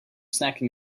snacking